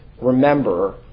Remember